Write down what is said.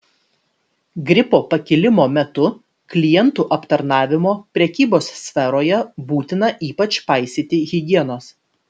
gripo pakilimo metu klientų aptarnavimo prekybos sferoje būtina ypač paisyti higienos